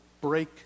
break